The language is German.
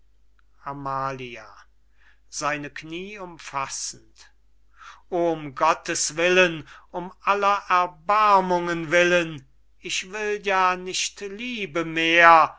oh um gotteswillen um aller erbarmungen willen ich will ja nicht liebe mehr